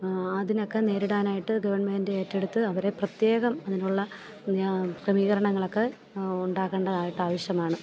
അതിനൊക്കെ നേരിടാനായിട്ട് ഗവണ്മെൻറ്റ് ഏറ്റെടുത്ത് അവരെ പ്രത്യേകം അതിനുള്ള ക്രമീകരണങ്ങളൊക്കെ ഉണ്ടാക്കേണ്ടതായിട്ട് ആവശ്യമാണ്